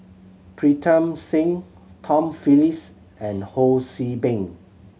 Pritam Singh Tom Phillips and Ho See Beng